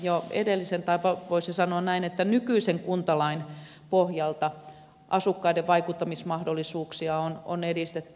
jo edellisen tai voisi sanoa näin että nykyisen kuntalain pohjalta asukkaiden vaikuttamismahdollisuuksia on edistetty